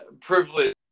privilege